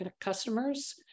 customers